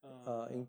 uh